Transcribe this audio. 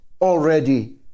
already